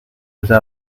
allá